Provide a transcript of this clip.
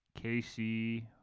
KC